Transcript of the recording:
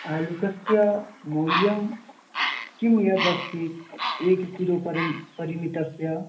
आलुकस्य मौल्यं किं यद् अस्ति एककिलोपरि परिमितस्य